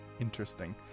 Interesting